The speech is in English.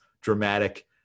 dramatic